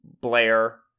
Blair